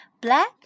Black